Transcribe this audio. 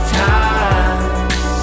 times